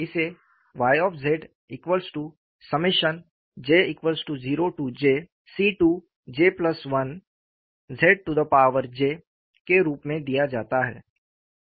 इसे Yj0jC2j1Z j के रूप में दिया जाता है